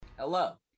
Hello